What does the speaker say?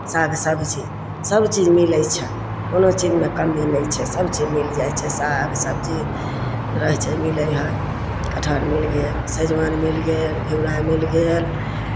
साग सबजी सभचीज मिलै छै कोनो चीजमे कमी नहि छै सभचीज मिल जाइ छै साग सबजी रहै छै मिलै हइ कटहर मिल गेल सजमनि मिल गेल घिउरा मिल गेल